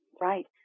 Right